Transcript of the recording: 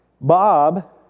Bob